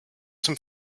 dem